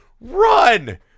run